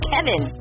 Kevin